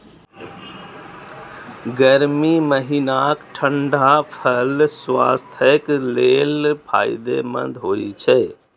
गर्मी महीनाक ठंढा फल स्वास्थ्यक लेल फायदेमंद होइ छै